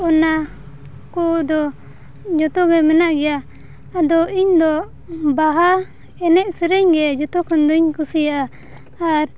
ᱚᱱᱟ ᱠᱚᱫᱚ ᱡᱚᱛᱚᱜᱮ ᱢᱮᱱᱟᱜ ᱜᱮᱭᱟ ᱟᱫᱚ ᱤᱧ ᱫᱚ ᱵᱟᱦᱟ ᱮᱱᱮᱡ ᱥᱮᱨᱮᱧ ᱜᱮ ᱡᱚᱛᱚᱠᱷᱚᱱ ᱫᱚᱧ ᱠᱩᱥᱤᱭᱟᱜᱼᱟ ᱟᱨ